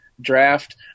draft